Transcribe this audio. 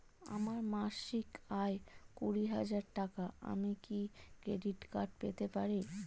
আমার মাসিক আয় কুড়ি হাজার টাকা আমি কি ক্রেডিট কার্ড পেতে পারি?